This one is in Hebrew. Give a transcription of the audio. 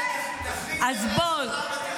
אז בואו.